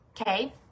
okay